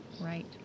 Right